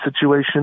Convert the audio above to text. situation